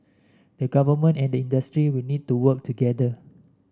the government and the industry will need to work together